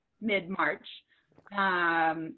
mid-March